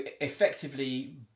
effectively